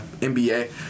NBA